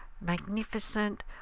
magnificent